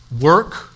Work